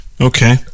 okay